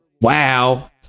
Wow